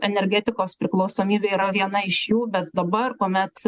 energetikos priklausomybė yra viena iš jų bet dabar kuomet